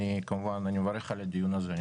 אני מברך על הדיון הזה, כמובן.